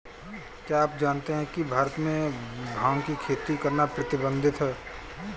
क्या आप जानते है भारत में भांग की खेती करना प्रतिबंधित है?